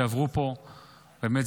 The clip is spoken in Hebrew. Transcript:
ובאמת,